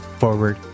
forward